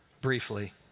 Briefly